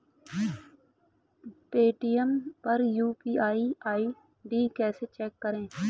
Paytm UPI ID आई.डी कैसे check करें?